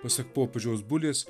pasak popiežiaus bulės